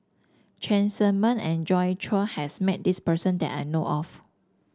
Cheng Tsang Man and Joi Chua has met this person that I know of